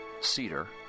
cedar